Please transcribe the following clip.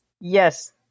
yes